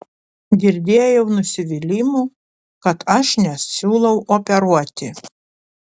girdėjau nusivylimų kad aš nesiūlau operuoti